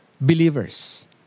believers